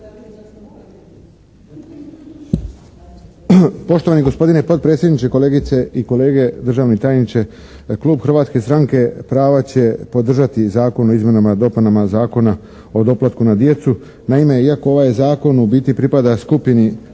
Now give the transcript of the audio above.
Poštovani gospodine potpredsjedniče, kolegice i kolege, državni tajniče. Klub Hrvatske stranke prava će podržati Zakon o izmjenama i dopunama Zakona o doplatku na djecu. Naime, iako ovaj Zakon u biti pripada skupini